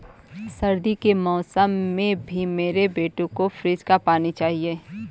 सर्दी के मौसम में भी मेरे बेटे को फ्रिज का पानी चाहिए